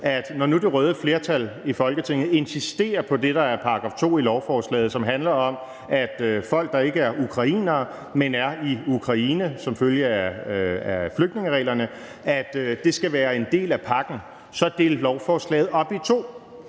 når nu det røde flertal i Folketinget insisterer på det, der er § 2 i lovforslaget, som handler om, at folk, der ikke er ukrainere, men er i Ukraine, som følge af flygtningereglerne skal være en del af pakken, at dele lovforslaget op i to.